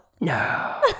No